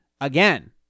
again